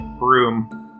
room